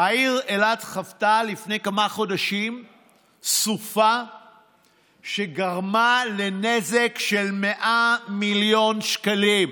העיר אילת חוותה לפני כמה חודשים סופה שגרמה לנזק של 100 מיליון שקלים,